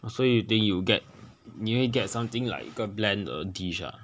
oh so you think you get 你会 get something like 一个 bland 的 dish ah